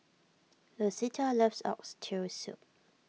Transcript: Lucetta loves Oxtail Soup